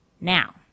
Now